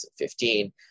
2015